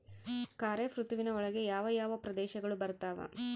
ಖಾರೇಫ್ ಋತುವಿನ ಒಳಗೆ ಯಾವ ಯಾವ ಪ್ರದೇಶಗಳು ಬರ್ತಾವ?